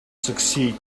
succeed